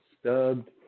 stubbed